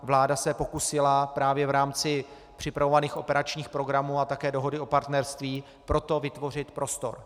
Vláda se pokusila právě v rámci připravovaných operačních programů a také dohody o partnerství pro to vytvořit prostor.